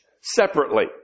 separately